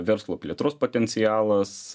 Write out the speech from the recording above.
verslo plėtros potencialas